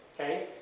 okay